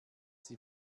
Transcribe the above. sie